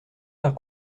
par